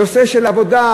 נושא של עבודה,